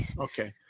Okay